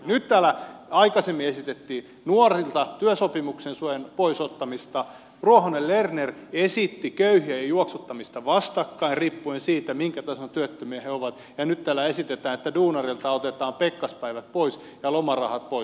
nyt täällä aikaisemmin esitettiin nuorilta työsopimuksen suojan pois ottamista ruohonen lerner esitti köyhien juoksuttamista vastakkain riippuen siitä minkä tason työttömiä he ovat ja nyt täällä esitetään että duunarilta otetaan pekkaspäivät pois ja lomarahat pois